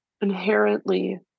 inherently